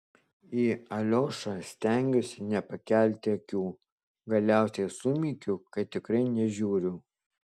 į aliošą stengiuosi nepakelti akių galiausiai sumykiu kad tikrai nežiūriu